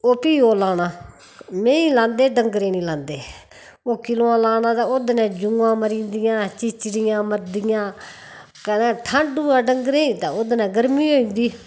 ओह् भी ओह् लाना मैहीं गी लांदे डंगरें गी नेईं लांदे ओह् किलोआं लाना ते ओह्दे कन्नै जुआं मरी जंदियां चिचड़ियां मरदियां कदें ठडं होऐ डंगरें गी ओह्दे कन्नै गर्मी होई जंदी